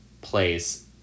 place